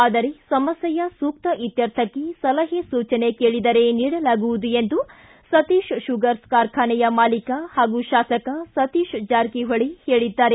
ಆದರೆ ಸಮಸ್ಕೆಯ ಸೂಕ್ಷ ಇತ್ತರ್ಥಕ್ಷೆ ಸಲಹೆ ಸೂಚನೆ ಕೇಳಿದರೆ ನೀಡಲಾಗುವುದು ಎಂದು ಸತೀಶ್ ಕುಗರ್ಬ್ ಕಾರ್ಖಾನೆಯ ಮಾಲೀಕ ಹಾಗೂ ಶಾಸಕ ಸತೀಶ ಜಾರಕಿಹೊಳಿ ಹೇಳಿದ್ದಾರೆ